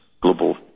Global